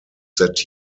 that